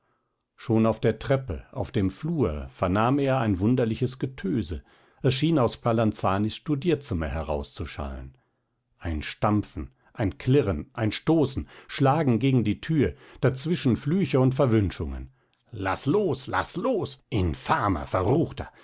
schon auf der treppe auf dem flur vernahm er ein wunderliches getöse es schien aus spalanzanis studierzimmer herauszuschallen ein stampfen ein klirren ein stoßen schlagen gegen die tür dazwischen flüche und verwünschungen laß los laß los infamer verruchter